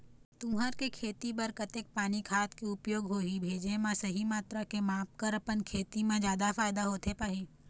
तुंहर के खेती बर कतेक पानी खाद के उपयोग होही भेजे मा सही मात्रा के माप कर अपन खेती मा जादा फायदा होथे पाही?